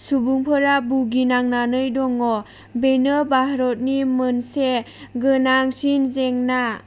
सुबुंफोरा बुगिनांनानै दङ बेनो भारतनि मोनसे गोनांसिन जेंना